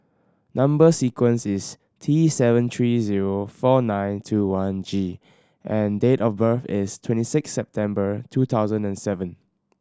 number sequence is T seven three zero four nine two one G and date of birth is twenty six September two thousand and seven